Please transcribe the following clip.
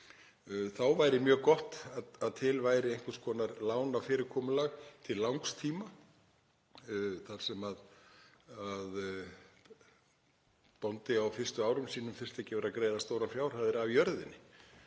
Þá væri mjög gott að til væri einhvers konar lánafyrirkomulag til langs tíma þar sem bóndi á fyrstu árum sínum þyrfti ekki að vera að greiða stórar fjárhæðir af jörðinni.